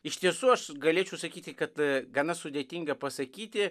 iš tiesų aš galėčiau sakyti kad gana sudėtinga pasakyti